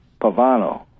Pavano